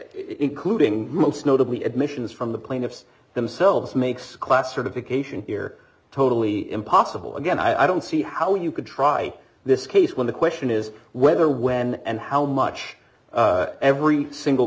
including most notably admissions from the plaintiffs themselves makes class certification here totally impossible again i don't see how you could try this case when the question is whether when and how much every single